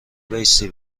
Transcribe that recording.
بایستی